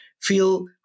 feel